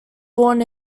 born